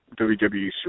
WWE